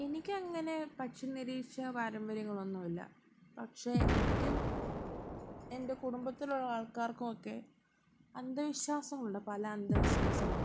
എനിക്ക് അങ്ങനെ പക്ഷി നിരീക്ഷ പാരമ്പര്യങ്ങൾ ഒന്നും ഇല്ല പക്ഷേ എനിക്കും എൻ്റെ കുടുംബത്തിലുള്ള ആൾക്കാർക്കും ഒക്കെ അന്ധവിശ്വാസമുള്ള പല അന്ധവിശ്വാസങ്ങളും